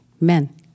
men